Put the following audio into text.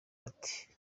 ati